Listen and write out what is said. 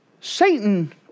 Satan